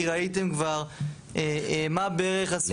כי ראיתם כבר מה בערך הסכומים.